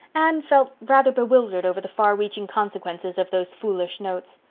anne felt rather bewildered over the far-reaching consequences of those foolish notes.